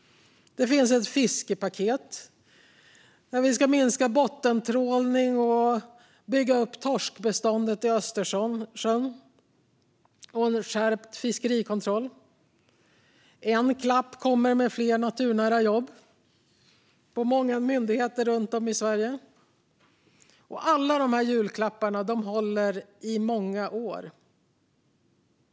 Det finns ett "fiskepaket" med åtgärder för att minska bottentrålning och bygga upp torskbeståndet i Östersjön och skärpt fiskerikontroll. Det kommer en klapp med fler naturnära jobb på många myndigheter runt om i Sverige. Alla dessa julklappar håller i många år.